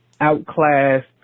outclassed